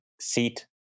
seat